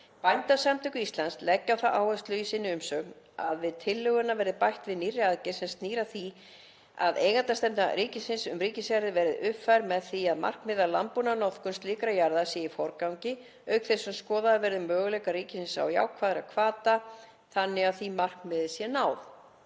Bændasamtök Íslands leggja á það áherslu í sinni umsögn að við tillöguna verði bætt nýrri aðgerð sem snýr að því að eigandastefna ríkisins um ríkisjarðir verði uppfærð með það að markmiði að landbúnaðarnot slíkra jarða séu í forgangi auk þess sem skoðaðir verði möguleikar ríkisins til jákvæðra hvata þannig að því markmiði sé náð.